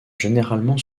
généralement